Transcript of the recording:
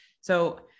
So-